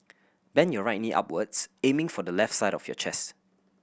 bend your right knee upwards aiming for the left side of your chest